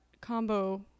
combo